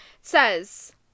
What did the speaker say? says